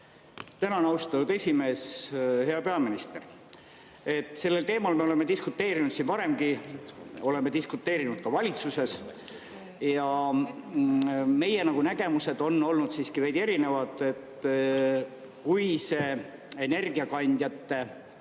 Tänan, austatud esimees! Hea peaminister! Sellel teemal me oleme diskuteerinud siin varemgi, oleme diskuteerinud ka valitsuses ja meie nägemused on olnud veidi erinevad. Kui energiakandjate